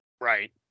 Right